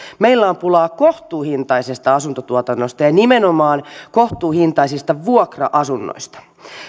meillä on pulaa kohtuuhintaisesta asuntotuotannosta ja nimenomaan kohtuuhintaisista vuokra asunnoista